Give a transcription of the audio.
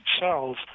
cells